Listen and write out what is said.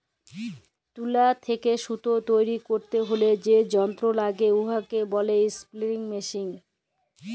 তুলা থ্যাইকে সুতা তৈরি ক্যইরতে হ্যলে যে যল্তর ল্যাগে উয়াকে ব্যলে ইস্পিলিং মেশীল